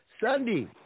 Sunday